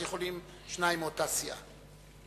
אז יכולים שניים מאותה סיעה.